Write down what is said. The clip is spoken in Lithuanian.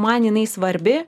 man jinai svarbi